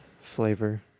flavor